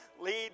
lead